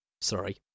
Sorry